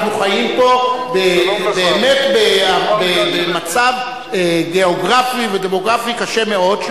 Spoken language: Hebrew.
אנחנו חיים פה באמת במצב גיאוגרפי ודמוגרפי קשה מאוד,